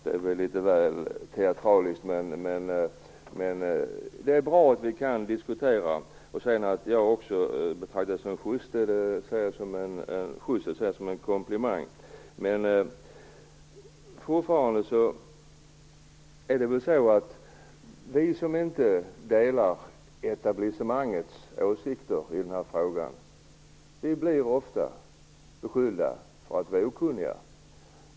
Det är väl litet väl teatraliskt, men jag tycker att det är bra att man kan diskutera detta. Jag ser det också som en komplimang att bli betraktad som schyst. Men fortfarande blir vi som inte delar etablissemangets åsikter i denna fråga ofta beskyllda för att vara okunniga.